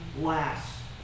last